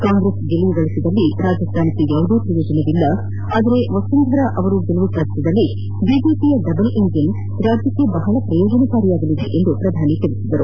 ಕಾಂಗ್ರೆಸ್ ಗೆಲುವು ಸಾಧಿಸದಲ್ಲಿ ರಾಜಸ್ಥಾನಕ್ಕೆ ಯಾವುದೇ ಪ್ರಯೋಜನವಿಲ್ಲ ಆದರೆ ವಸುಂಧರ ಅವರು ಗೆಲುವು ಸಾಧಿಸಿದಲ್ಲಿ ಬಿಜೆಪಿಯ ಡಬಲ್ ಇಂಜೆನ್ ರಾಜ್ಲಕ್ಷೆ ಬಹಳ ಪ್ರಯೋಜನಕಾರಿಯಾಗಲಿದೆ ಎಂದು ಹೇಳಿದರು